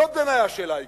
זו בעיני השאלה העיקרית,